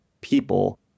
people